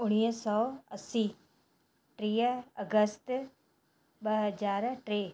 उणिवीह सौ असी टीह अगस्त ॿ हज़ार टे